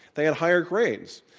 theyhad higher grades.